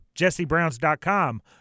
jessebrowns.com